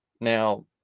Now